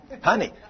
honey